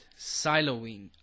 siloing